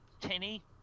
tinny